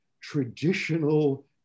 traditional